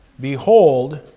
behold